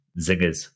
zingers